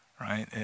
right